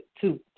two